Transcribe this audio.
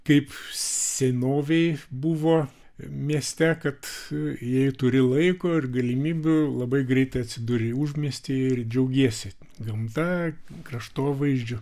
kaip senovėj buvo mieste kad jei turi laiko ir galimybių labai greitai atsiduri užmiestyje ir džiaugiesi gamta kraštovaizdžiu